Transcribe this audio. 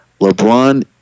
LeBron